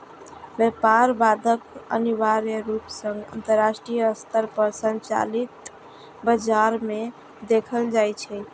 व्यापार बाधा अनिवार्य रूप सं अंतरराष्ट्रीय स्तर पर संचालित बाजार मे देखल जाइ छै